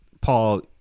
Paul